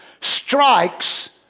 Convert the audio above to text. strikes